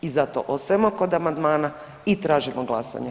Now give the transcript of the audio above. I zato ostajemo kod amandmana i tražimo glasanje.